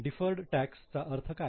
deferred tax चा अर्थ काय